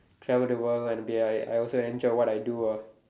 travel the world and be like I also enjoy what I do ah